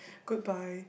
goodbye